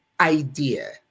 idea